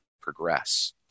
progress